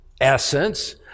essence